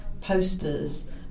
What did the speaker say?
posters